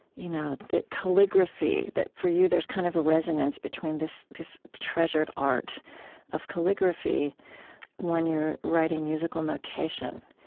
you know that calligraphy that for you, there's kind of a resonance between this this treasured art of calligraphy when you're writing musical notation.